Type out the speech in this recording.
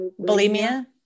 Bulimia